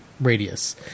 radius